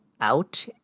out